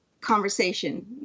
conversation